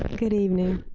ah good evening.